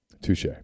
Touche